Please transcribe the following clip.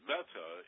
Meta